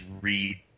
read